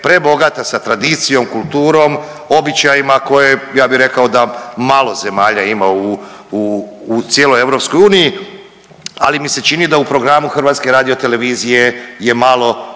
prebogata sa tradicijom, kulturom, običajima koje ja bi rekao da malo zemalja ima u cijeloj EU, ali mi se čini da u programu HRT-a je malo